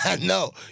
No